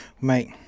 mate